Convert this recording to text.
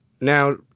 now